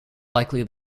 likely